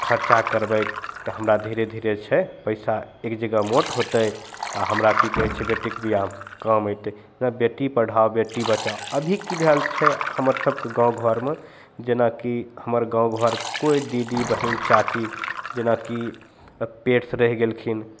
खर्चा करबय तऽ हमरा धीरे धीरे जे छै पैसा एक जगह मोट होतय आओर हमरा की कहय छै बेटीकऽ बियाहमे काम एतय बेटी पढ़ाओ बेटी बचाओ अभी की भयल छै हमर सबके गाँव घरमे जेनाकि हमर गाँव घर कोइ दीदी बहिन चाची जेनाकि पेटसँ रहि गेलखिन